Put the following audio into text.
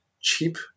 cheap